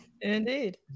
indeed